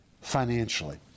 financially